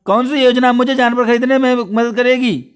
कौन सी योजना मुझे जानवर ख़रीदने में मदद करेगी?